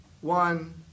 one